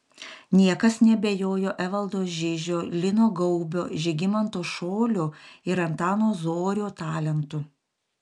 niekas neabejojo evaldo žižio lino gaubio žygimanto šolio ir antano zorio talentu